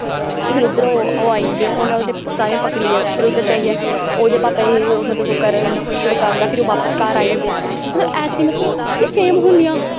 फिर उद्धरा ओह् आई जंदे उन्नै उ'नें सारें गी पकड़ी लेदा हा फिर उद्धर जाइयै ओह्दे भापा गी मतलब कर छड़कांदा ओह् फिर घर बापस आई जंदे मतलब ऐसी मतलब उ'ऐ सेम होंदियां